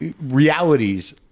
realities